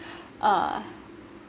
uh